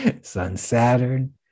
Sun-Saturn